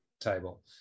table